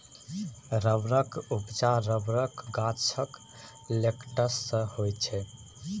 रबरक उपजा रबरक गाछक लेटेक्स सँ होइ छै